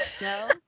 No